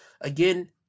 again